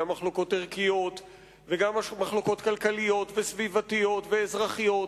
גם מחלוקות ערכיות וגם מחלוקות כלכליות וסביבתיות ואזרחיות.